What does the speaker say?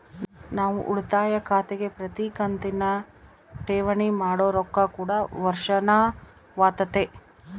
ನಾವು ಉಳಿತಾಯ ಖಾತೆಗೆ ಪ್ರತಿ ಕಂತಿನಗ ಠೇವಣಿ ಮಾಡೊ ರೊಕ್ಕ ಕೂಡ ವರ್ಷಾಶನವಾತತೆ